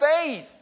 faith